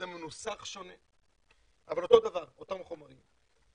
זה מנוסח שונה, אבל אותו דבר, אותם החומרים.